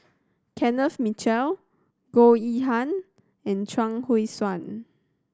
Kenneth Mitchell Goh Yihan and Chuang Hui Tsuan